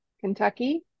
Kentucky